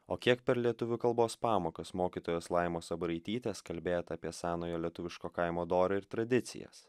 o kiek per lietuvių kalbos pamokas mokytojos laimos abraitytės kalbėta apie senojo lietuviško kaimo dorą ir tradicijas